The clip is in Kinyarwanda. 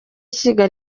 ishyiga